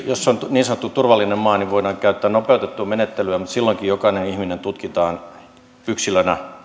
jos on niin sanottu turvallinen maa niin voidaan käyttää nopeutettua menettelyä mutta silloinkin jokainen ihminen tutkitaan yksilönä